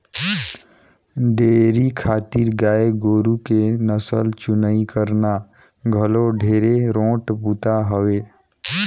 dairy खातिर गाय गोरु के नसल चुनई करना घलो ढेरे रोंट बूता हवे